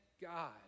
God